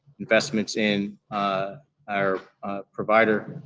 investments in ah our providers,